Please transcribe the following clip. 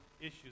issues